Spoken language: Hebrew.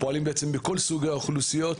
בכל סוגי האוכלוסיות,